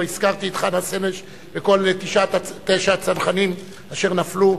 לא הזכרתי את חנה סנש וכל תשעת הצנחנים אשר נפלו,